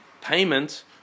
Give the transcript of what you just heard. payment